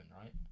right